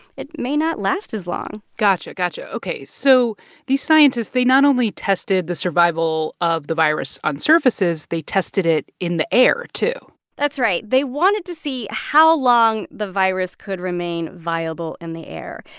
it may not last as long gotcha, gotcha. ok. so these scientists, they not only tested the survival of the virus on surfaces, they tested it in the air, too that's right. they wanted to see how long the virus could remain viable in the air.